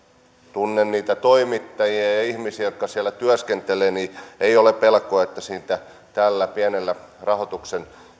tunnen niitä toimittajia ja ja ihmisiä jotka siellä työskentelevät niin ei ole pelkoa että siitä tällä pienellä rahoituksen